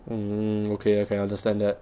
mm okay I can understand that